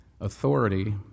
authority